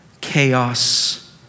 chaos